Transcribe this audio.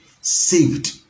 saved